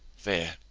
there,